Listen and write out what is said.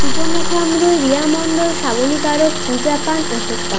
সুপর্ণখা আম্রুই রিয়া মণ্ডল শাবনি কারক পূজা পান অশোক পান